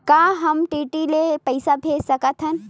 का हम डी.डी ले पईसा भेज सकत हन?